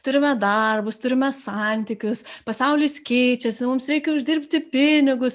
turime darbus turime santykius pasaulis keičiasi mums reikia uždirbti pinigus